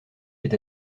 est